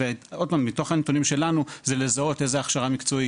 מתוך הנתונים שלנו זה לזהות איזה הכשרה מקצועית,